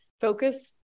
focus